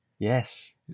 Yes